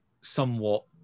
somewhat